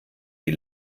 die